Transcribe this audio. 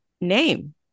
name